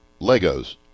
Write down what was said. Legos